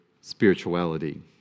spirituality